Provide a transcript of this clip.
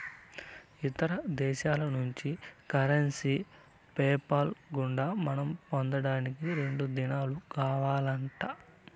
ఇతర దేశాల్నుంచి currency PayPal గుండా మనం పొందేదానికి రెండు దినాలు కావాలంట